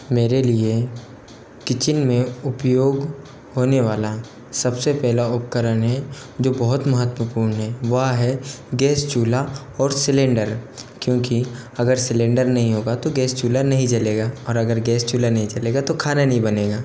मेरे लिए किचिन में उपयोग होने वाला सबसे पहले उपकरण है जो बहुत महत्वपूर्ण है वह है गैस चूल्हा और सिलेंडर क्योंकि अगर सिलेंडर नहीं होगा तो गैस चूल्हा नहीं जलेगा और अगर गैस चूल्हा नहीं जलेगा तो खाना नहीं बनेगा